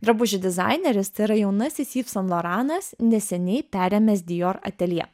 drabužių dizaineris tai yra jaunasis ivs san loranas neseniai perėmęs dior ateljė